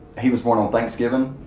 he was born on thanksgiving,